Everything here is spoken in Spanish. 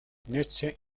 nietzsche